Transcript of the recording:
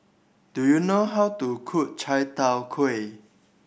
do you know how to cook Chai Tow Kuay